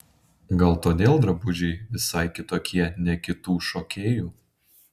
gal todėl drabužiai visai kitokie ne kitų šokėjų